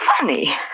funny